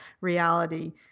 reality